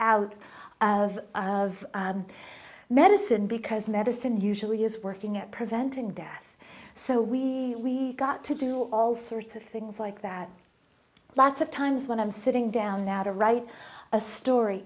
of medicine because medicine usually is working at preventing death so we got to do all sorts of things like that lots of times when i'm sitting down now to write a story